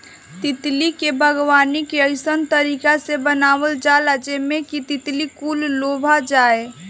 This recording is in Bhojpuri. तितली के बागवानी के अइसन तरीका से बनावल जाला जेमें कि तितली कुल लोभा जाये